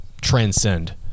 transcend